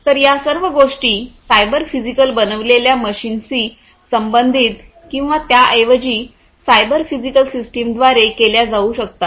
तर या सर्व गोष्टी सायबर फिजिकल बनविलेल्या मशीन्सशी संबंधित किंवा त्याऐवजी सायबर फिजिकल सिस्टमद्वारे केल्या जाऊ शकतात